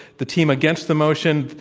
the team against the motion,